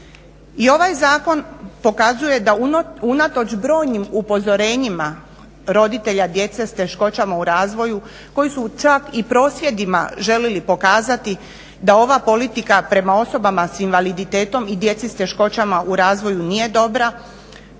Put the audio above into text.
ovaj zakon pokazuje da unatoč brojnim upozorenjima roditelja djece s teškoćama u razvoju koji su čak i prosvjedima želili pokazati da ova politika prema osobama sa invaliditetom i djeci s teškoćama u razvoju nije dobra,